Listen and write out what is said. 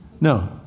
No